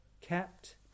kept